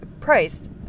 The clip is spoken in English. priced